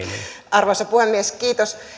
arvoisa puhemies